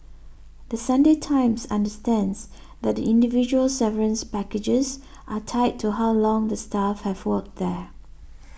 The Sunday Times understands that the individual severance packages are tied to how long the staff have worked there